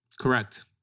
Correct